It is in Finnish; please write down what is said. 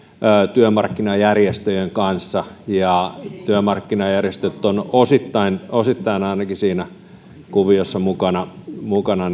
työmarkkinajärjestöjen kanssa ja työmarkkinajärjestöt ovat ainakin osittain siinä kuviossa mukana mukana